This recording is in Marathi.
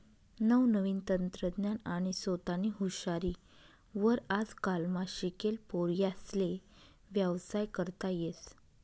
नवनवीन तंत्रज्ञान आणि सोतानी हुशारी वर आजकालना शिकेल पोर्यास्ले व्यवसाय करता येस